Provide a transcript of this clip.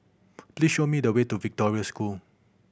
please show me the way to Victoria School